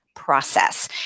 process